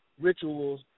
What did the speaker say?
rituals